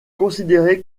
considéré